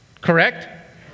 Correct